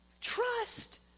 trust